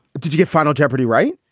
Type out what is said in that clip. did you get final jeopardy? right.